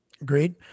Agreed